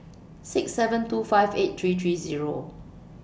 six seven two five eight three three Zero